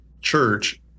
Church